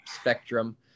spectrum